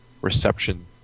reception